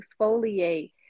exfoliate